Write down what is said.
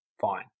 fine